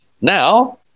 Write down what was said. now